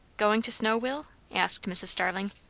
goin' to snow, will? asked mrs. starling.